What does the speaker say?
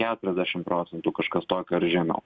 keturiasdešimt procentų kažkas tokio ar žemiau